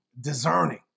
discerning